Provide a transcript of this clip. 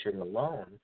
alone